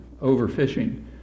overfishing